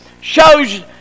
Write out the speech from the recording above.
shows